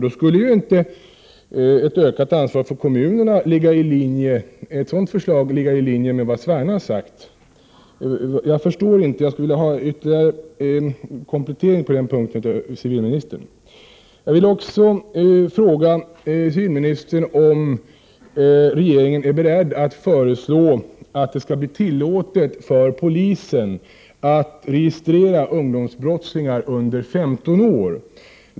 Då skulle ju inte ett förslag om ökat ansvar för kommunerna ligga i linje med vad Tor Sverne har sagt. Jag skulle vilja ha en komplettering på den punkten av civilministern. Jag vill också fråga civilministern om regeringen är beredd att föreslå att det blir tillåtet för polisen att registrera ungdomsbrottslingar under 15 år.